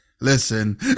listen